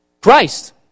Christ